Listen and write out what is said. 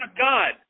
God